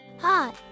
Hi